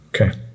okay